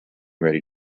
ready